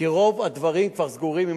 כי רוב הדברים כבר סגורים,